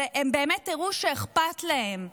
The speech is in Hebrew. והם באמת הראו שאכפת להם.